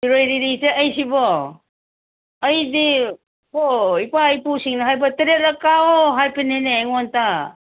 ꯁꯤꯔꯣꯏ ꯂꯤꯁꯤꯁꯦ ꯑꯩꯁꯤꯕꯣ ꯑꯩꯗꯤ ꯀꯣ ꯏꯄꯥ ꯏꯄꯨꯁꯤꯡꯅ ꯍꯥꯏꯕ ꯇꯔꯦꯠꯂꯛ ꯀꯥꯎꯑꯣ ꯍꯥꯏꯕꯅꯤꯅꯦ ꯑꯩꯉꯣꯟꯗ